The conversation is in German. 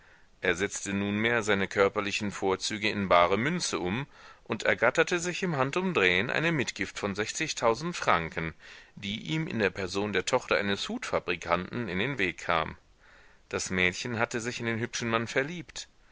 er setzte nunmehr seine körperlichen vorzüge in bare münze um und ergatterte sich im handumdrehen eine mitgift von sechzigtausend franken die ihm in der person der tochter eines hutfabrikanten in den weg kam das mädchen hatte sich in den hübschen mann verliebt